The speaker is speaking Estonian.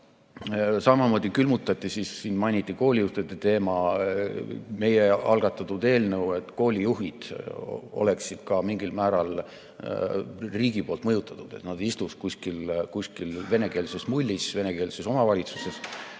samamoodi külmutati siis – siin mainiti koolijuhtide teemat – meie algatatud eelnõu, et koolijuhid oleksid ka mingil määral riigi poolt mõjutatud, et nad ei istuks kuskil venekeelses mullis venekeelses omavalitsuses